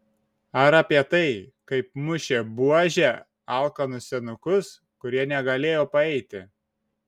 ar apie tai kaip mušė buože alkanus senukus kurie negalėjo paeiti